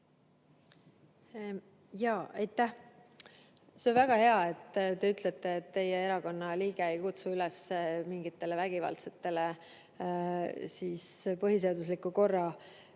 Aitäh! See on väga hea, et te ütlete, et teie erakonna liige ei kutsu üles mingile vägivaldsele põhiseadusliku korra